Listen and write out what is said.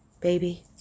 Baby